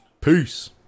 Peace